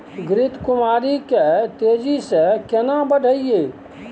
घृत कुमारी के तेजी से केना बढईये?